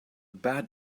bad